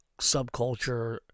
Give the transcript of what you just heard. subculture